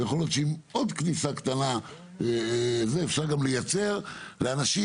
אז יכול להיות שעם עוד כניסה קטנה אפשר גם לייצר לאנשים